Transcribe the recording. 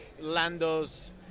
Lando's